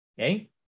okay